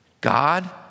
God